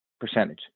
percentage